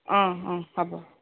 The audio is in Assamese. হ'ব